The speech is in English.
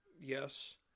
Yes